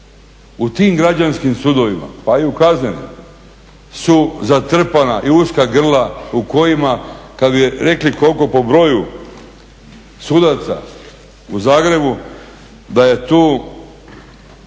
U tim građanskim sudovima pa i u kaznenim, su zatrpana i uska grla u kojima, kad bi rekli koliko po broju sudaca u Zagrebu, da je tu